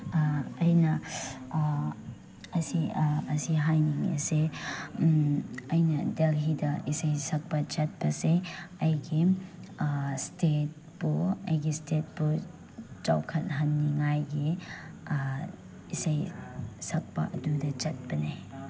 ꯑꯩꯅ ꯑꯁꯤ ꯑꯁꯤ ꯍꯥꯏꯅꯤꯡꯉꯤꯁꯦ ꯑꯩꯅ ꯗꯦꯜꯍꯤꯗ ꯏꯁꯩ ꯁꯛꯄ ꯆꯠꯄꯁꯦ ꯑꯩꯒꯤ ꯁ꯭ꯇꯦꯠꯄꯨ ꯑꯩꯒꯤ ꯁ꯭ꯇꯦꯠꯄꯨ ꯆꯥꯎꯈꯠꯍꯟꯅꯤꯉꯥꯏꯒꯤ ꯏꯁꯩ ꯁꯛꯄ ꯑꯗꯨꯗ ꯆꯠꯄꯅꯦ